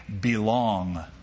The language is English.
belong